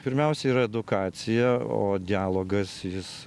pirmiausia yra edukacija o dialogas jis